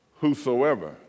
whosoever